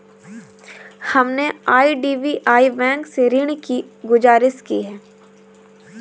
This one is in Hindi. हमने आई.डी.बी.आई बैंक से ऋण की गुजारिश की है